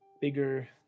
bigger